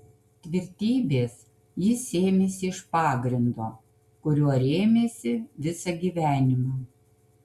tvirtybės jis sėmėsi iš pagrindo kuriuo rėmėsi visą gyvenimą